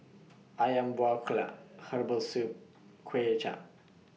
Ayam Buah Keluak Herbal Soup Kuay Chap